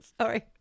Sorry